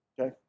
Okay